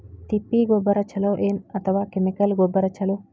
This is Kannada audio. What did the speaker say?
ತಿಪ್ಪಿ ಗೊಬ್ಬರ ಛಲೋ ಏನ್ ಅಥವಾ ಕೆಮಿಕಲ್ ಗೊಬ್ಬರ ಛಲೋ?